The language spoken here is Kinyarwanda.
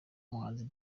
umuhanzi